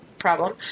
problem